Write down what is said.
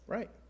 Right